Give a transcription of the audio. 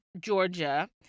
Georgia